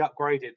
upgraded